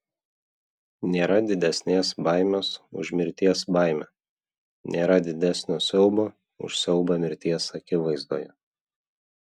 nėra didesnės baimės už mirties baimę nėra didesnio siaubo už siaubą mirties akivaizdoje